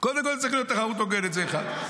זה אחת.